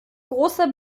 großer